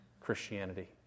Christianity